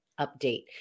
update